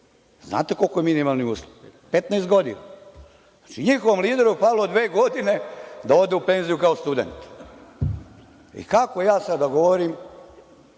znate koliki je minimalni uslov? Petnaest godina. Znači, njihovom lideru falilo je dve godine da ode u penziju kao student. I, kako ja sada da govorim